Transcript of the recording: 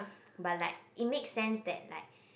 but like it makes sense that like